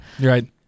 Right